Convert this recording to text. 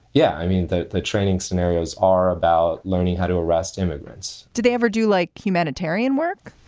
yeah. i mean, the the training scenarios are about learning how to arrest immigrants do they ever do like humanitarian work?